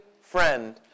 friend